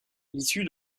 l’issue